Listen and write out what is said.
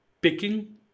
picking